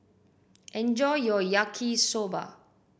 enjoy your Yaki Soba